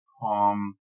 calm